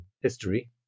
history